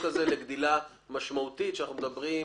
הזה לגדול משמעותית כאשר אנחנו מדברים,